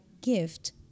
gift